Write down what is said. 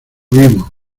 vimos